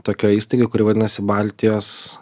tokioj įstaigoj kuri vadinasi baltijos